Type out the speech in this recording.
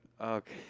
Okay